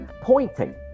pointing